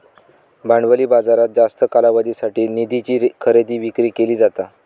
भांडवली बाजारात जास्त कालावधीसाठी निधीची खरेदी विक्री केली जाता